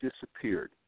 disappeared